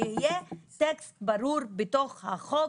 שיהיה טקסט ברור בתוך החוק,